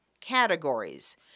categories